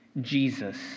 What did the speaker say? Jesus